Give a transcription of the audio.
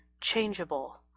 changeable